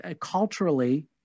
culturally